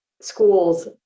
schools